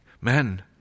men